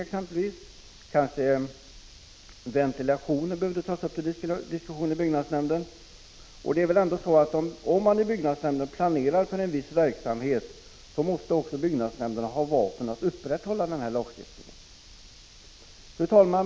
Frågan om ventilationen kanske också hade behövt tas upp till diskussion i byggnadsnämnden. Om man i byggnadsnämnden planerar för en viss verksamhet, så måste byggnadsnämnden även så att säga ha vapen i händerna för att kunna upprätthålla lagstiftningen. Fru talman!